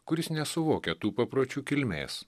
kuris nesuvokia tų papročių kilmės